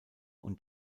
und